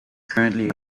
currently